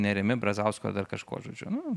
nėrimi brazausku ar dar kažkuo žodžiu nu